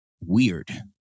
Weird